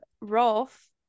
Rolf